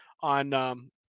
on